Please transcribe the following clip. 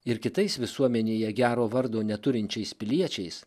ir kitais visuomenėje gero vardo neturinčiais piliečiais